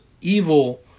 evil